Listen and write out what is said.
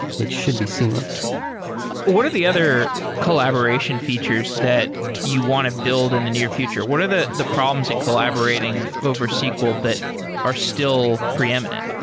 it should be seamless what are the other collaboration features that you want to build in the near future? what are the the problems in collaborating over sql that are still preeminent?